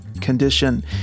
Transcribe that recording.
condition